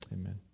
Amen